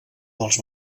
dels